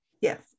yes